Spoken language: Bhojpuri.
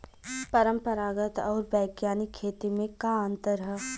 परंपरागत आऊर वैज्ञानिक खेती में का अंतर ह?